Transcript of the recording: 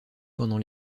pendant